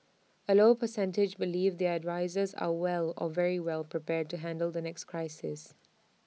A low percentage believe their advisers are well or very well prepared to handle the next crisis